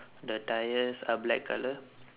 the tyres are black colour